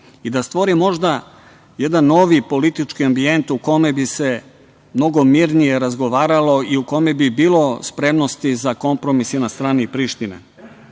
i da stvori možda jedan novi politički ambijent u kome bi se mnogo mirnije razgovaralo i u kome bi bilo spremnosti za kompromis i na strani Prištine. Preko